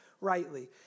rightly